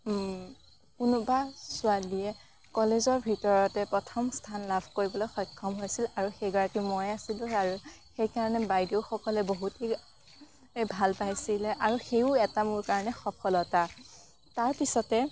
কোনোবা ছোৱালীয়ে কলেজৰ ভিতৰতে প্ৰথম স্থান লাভ কৰিবলৈ সক্ষম হৈছিল আৰু সেইগৰাকী ময়েই আছিলো আৰু সেইকাৰণে বাইদেউসকলে বহুতেই ভাল পাইছিলে আৰু সেয়াও এটা মোৰ কাৰণে সফলতা তাৰপিছতে